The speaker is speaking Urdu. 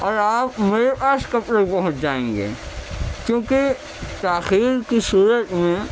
اور آپ میرے پاس کب تک پہنچ جائیں گے کیونکہ تاخیر کی صورت میں